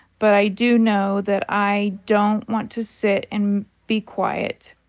but i do know that i don't want to sit and be quiet.